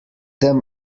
them